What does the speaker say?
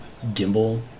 gimbal